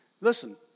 listen